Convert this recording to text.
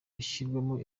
gushyirwamo